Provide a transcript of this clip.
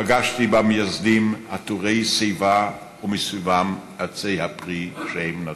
פגשתי במייסדים עטורי שיבה ומסביבם עצי הפרי שהם נטעו,